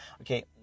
okay